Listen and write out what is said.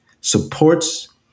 supports